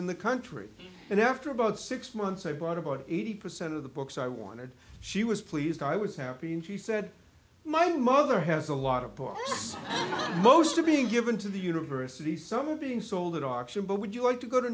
in the country and after about six months i brought about eighty percent of the books i wanted she was pleased i was happy and she said my mother has a lot of books most are being given to the universities some are being sold at auction but would you like to go to